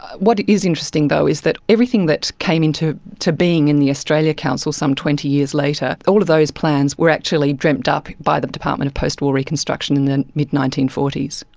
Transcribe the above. what is interesting though is that everything that came into being in the australia council some twenty years later, all of those plans were actually dreamt up by the department of post-war reconstruction in the mid nineteen forty s.